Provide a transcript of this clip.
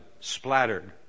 splattered